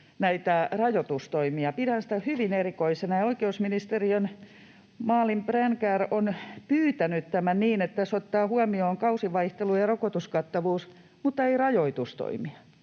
näitä rajoitustoimia. Pidän sitä hyvin erikoisena. Ja oikeusministeriön Malin Brännkärr on pyytänyt tämän niin, että tässä oteteaan huomioon kausivaihtelu ja rokotuskattavuus mutta ei rajoitustoimia.